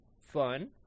fun